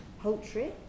poultry